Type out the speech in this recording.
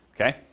Okay